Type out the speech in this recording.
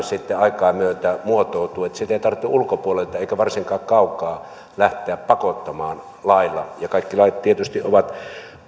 sitten aikaa myöten muotoutuu sitä ei tarvitse ulkopuolelta eikä varsinkaan kaukaa lähteä pakottamaan lailla ja kaikki lait tietysti ovat